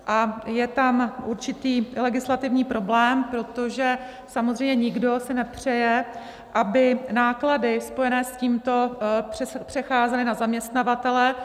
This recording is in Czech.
A je tam určitý legislativní problém, protože samozřejmě si nikdo nepřeje, aby náklady spojené s tímto přecházely na zaměstnavatele.